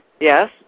Yes